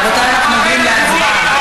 רבותיי, אנחנו עוברים להצבעה.